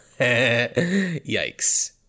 yikes